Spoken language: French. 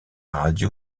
radio